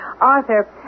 Arthur